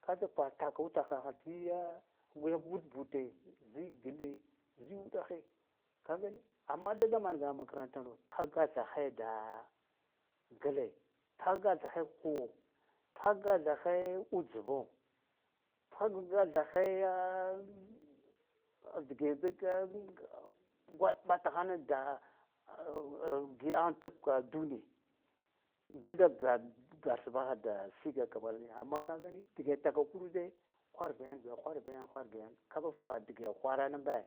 Ka tsa kwar takura takaha tsi yya wiyak but bute zi gle zi uɗahe ka gani amma dada mangaha makarantano tha gathahai da gle thaga thahay da huwo tha gathahay utsvo tha gathahai ya dige dada goa ɓa tahar an da giɗaha a tub ka duniy dada ba barsbaha da siga kabal niya amma kagani dage tava kuru de hwar ba yan biya hwarba biyan hwarba yan kasa thaha dage hwara ne ambe